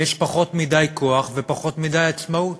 יש פחות מדי כוח ופחות מדי עצמאות.